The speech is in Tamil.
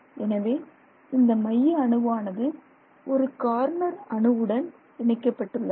எனவே இந்த மைய அணுவானது ஒரு கார்னர் அணுவுடன் இணைக்கப்பட்டுள்ளது